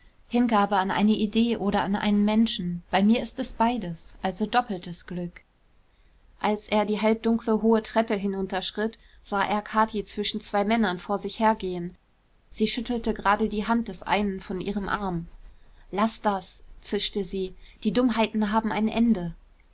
hingabe an eine idee oder an einen menschen bei mir ist es beides also ein doppeltes glück als er die halbdunkle hohe treppe hinunterschritt sah er kathi zwischen zwei männern vor sich hergehen sie schüttelte gerade die hand des einen von ihrem arm laß das zischte sie die dummheiten haben ein ende